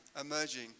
emerging